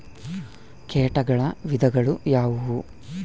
ಕೇಟಗಳ ವಿಧಗಳು ಯಾವುವು?